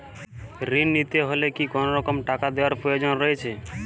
ঋণ নিতে হলে কি কোনরকম টাকা দেওয়ার প্রয়োজন রয়েছে?